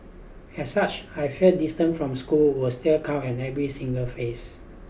as such I feel distance from school was still count at every single phase